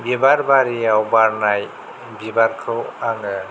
बिबार बारियाव बारनाय बिबारखौ आङो